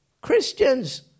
Christians